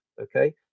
Okay